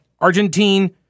Argentine